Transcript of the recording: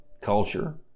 culture